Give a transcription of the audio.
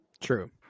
True